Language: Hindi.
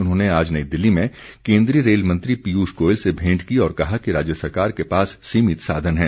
उन्होंने आज नई दिल्ली में केन्द्रीय रेल मंत्री पियूष गोयल से भेंट की और कहा कि राज्य सरकार के पास सीमित साधन है